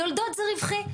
יולדות זה רווחי,